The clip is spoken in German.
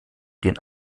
den